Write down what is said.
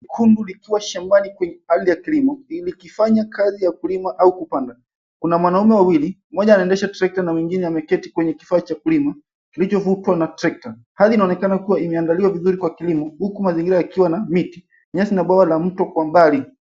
Kumbu likiwa shambani kwenye hali ya kilimo, ime kifanya kazi ya kulima au kupanda. Kuna wanaume wawili moja anaendesha trekta na mwingine ameketi kwenye kifaa ya kulima, kilicho vutwa na trekta. Hali inaonekana ime andaliwa vizuri kwa kilimo huku mazingira ikiwa na miti, nyasi na bwawa la mto kwa mbali